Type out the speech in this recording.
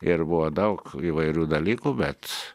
ir buvo daug įvairių dalykų bet